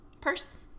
purse